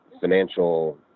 financial